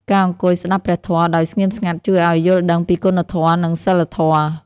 ការអង្គុយស្ដាប់ព្រះធម៌ដោយស្ងៀមស្ងាត់ ជួយឱ្យយល់ដឹងពីគុណធម៌ និងសីលធម៌។